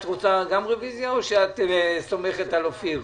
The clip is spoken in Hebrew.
את גם רוצה רביזיה או שאת סומכת על אופיר?